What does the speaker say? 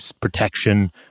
protection